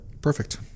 Perfect